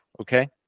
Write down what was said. okay